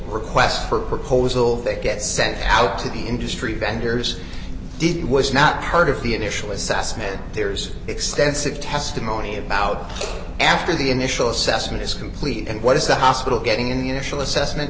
request for proposal that gets sent out to the industry vendors did was not part of the initial assessment there's extensive testimony about after the initial assessment is complete and what is the hospital getting an initial assessment